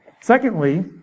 Secondly